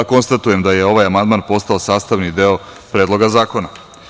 Konstatujem da je ovaj amandman postao sastavni deo Predloga zakona.